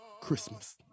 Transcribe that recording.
Christmas